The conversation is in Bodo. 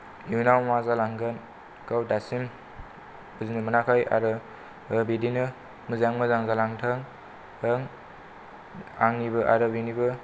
इयुनाव मा जालांगोन गाव दासिम बुजिनो मोनाखै आरो बिदिनो मोजां मोजां जालांथों आंनिबो आरो बिनिबो